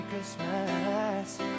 Christmas